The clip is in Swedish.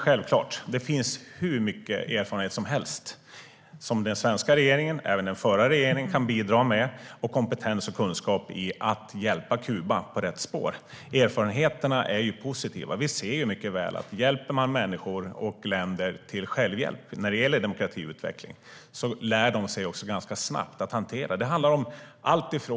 Självklart finns det hur mycket erfarenhet som helst som den svenska regeringen och även den förra regeringen kan bidra med på Kuba. Det finns också kompetens och kunskap för att hjälpa Kuba på rätt spår. Erfarenheterna är positiva. Vi ser mycket väl att hjälper man människor och länder till självhjälp när det gäller demokratiutveckling lär de sig ganska snabbt att hantera en sådan utveckling.